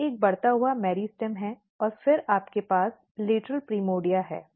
यह एक बढ़ता हुआ मेरिस्टेम है और फिर आपके पास लेटरल प्राइमोर्डिया है